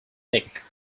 neck